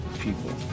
people